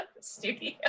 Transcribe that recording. studio